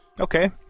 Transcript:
okay